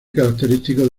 característico